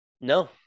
No